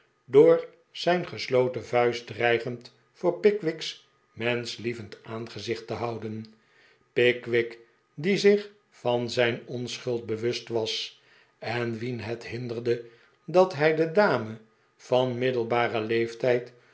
door zijn gesloten vuist dreigend voor pickwick's menschlievend aangezicht te houden pickwick die zich van zijn onschuld bewust was en wien het hinderde dat hij de dame van middelbaren leeftijd